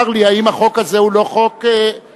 לי אם החוק הזה הוא לא חוק אנטי-חוקתי.